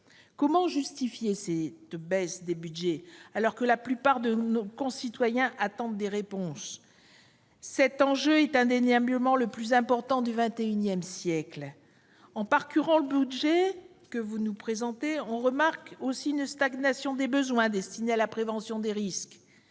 Comment justifier cette baisse, alors que la plupart de nos concitoyens attendent des réponses ? Cet enjeu est indéniablement le plus important du XIX siècle ! En parcourant le budget que vous nous présentez, on remarque aussi une stagnation des moyens destinés à la prévention des risques.